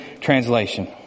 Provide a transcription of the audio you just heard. Translation